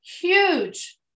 huge